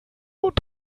und